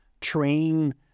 train